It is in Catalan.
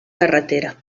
carretera